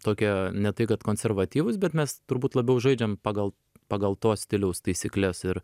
tokie ne tai kad konservatyvūs bet mes turbūt labiau žaidžiam pagal pagal to stiliaus taisykles ir